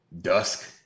dusk